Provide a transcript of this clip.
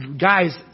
guys